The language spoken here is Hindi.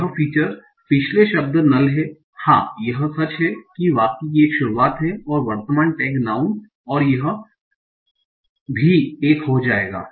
यह फीचर पिछले शब्द नल है हाँ यह सच है कि वाक्य की एक शुरुआत है और वर्तमान टैग नाऊँन है यह भी 1 हो जाएगा